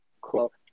Cool